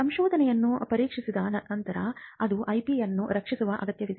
ಸಂಶೋಧನೆಯನ್ನು ಪರೀಕ್ಷಿಸಿದ ನಂತರ ಅದು ಐಪಿಯನ್ನು ರಕ್ಷಿಸುವ ಅಗತ್ಯವಿದೆ